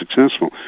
successful